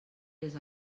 les